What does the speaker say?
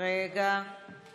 רם בן ברק,